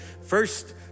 first